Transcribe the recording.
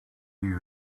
you